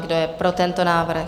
Kdo je pro tento návrh?